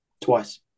twice